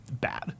bad